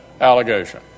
allegation